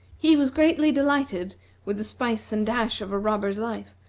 he was greatly delighted with the spice and dash of a robber's life,